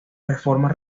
reformas